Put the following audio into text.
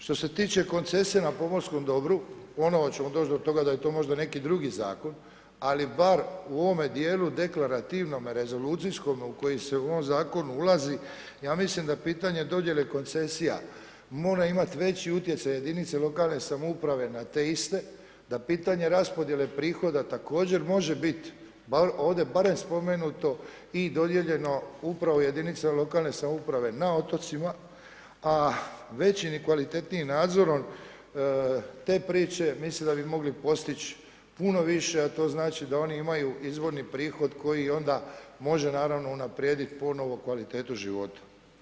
Što se tiče koncesije na pomorskom dobru, ponovno ćemo doći do toga da je to možda neki drugi zakon, ali bar u ovom djelu deklarativnome rezolucijskome u koji se u ovaj zakon ulazi, ja mislim da pitanje dodjele koncesija mora imati veći utjecaj jedinica lokalne samouprave na te iste, da pitanje raspodjele prihoda također može biti ovdje barem spomenuto i dodijeljeno upravo jedinici lokalne samouprave na otocima a većim i kvalitetnijim nadzorom, te priče mislim da bi mogli postići puno više a to znači da oni imaju izvorni prihod koji onda može naravno unaprijediti ponovno kvalitetu života.